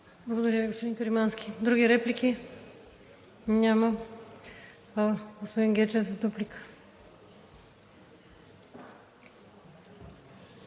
Благодаря Ви, господин Каримански. Други реплики? Няма. Господин Гечев, за дуплика.